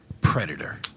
Predator